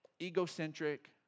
egocentric